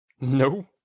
no